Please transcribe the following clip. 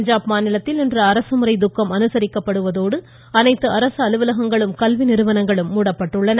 பஞ்சாப் மாநிலத்தில் இன்று அரசுமுறை துக்கம் அனுசரிக்கப்படுவதோடு அனைத்து அரசு அலுவலகங்களும் கல்வி நிறுவனங்களும் மூடப்பட்டுள்ளன